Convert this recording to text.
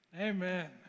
Amen